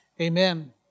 Amen